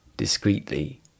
Discreetly